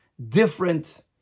different